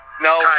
no